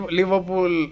liverpool